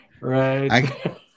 Right